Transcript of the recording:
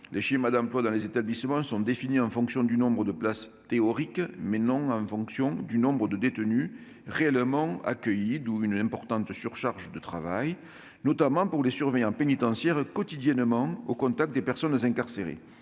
les schémas d'emplois dans les établissements sont définis en fonction du nombre théorique de places, non en fonction du nombre de détenus réellement accueillis ; d'où une importante surcharge de travail, notamment pour les surveillants pénitentiaires, qui sont quotidiennement au contact des personnes incarcérées.